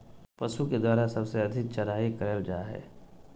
पशु के द्वारा सबसे अधिक चराई करल जा हई